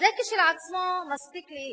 זה כשלעצמו מספיק לאי-אמון.